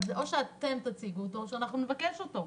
או שתציגו אותו או שנבקש אותו.